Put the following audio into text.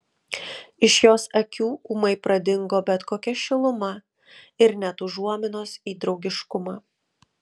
iš jos akių ūmai pradingo bet kokia šiluma ir net užuominos į draugiškumą